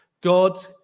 God